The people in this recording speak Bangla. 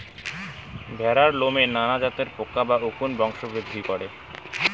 ভ্যাড়ার লোমত নানান জাতের পোকা বা উকুন বংশবৃদ্ধি করে